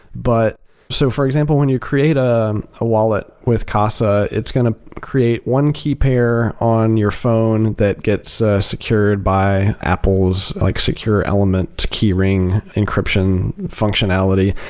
but so for example, when you create a ah wallet with casa, it's going to create one key pair on your phone that gets secured by apple's, like secure element key ring encryption functionality,